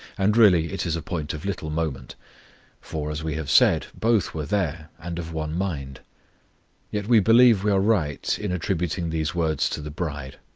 and really it is a point of little moment for, as we have said, both were there, and of one mind yet we believe we are right in attributing these words to the bride,